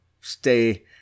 stay